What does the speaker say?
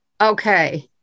Okay